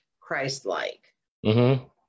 Christ-like